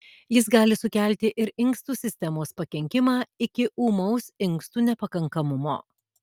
jis gali sukelti ir inkstų sistemos pakenkimą iki ūmaus inkstų nepakankamumo